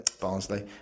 Barnsley